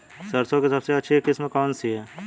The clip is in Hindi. सरसों की सबसे अच्छी किस्म कौन सी है?